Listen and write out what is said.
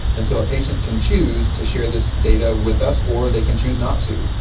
and so a patient can choose to share this data with us or they can choose not to.